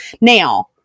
Now